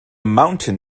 mountain